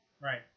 Right